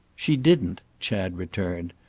she didn't, chad returned.